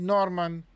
Norman